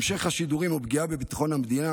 המשך השידורים הוא פגיעה בביטחון המדינה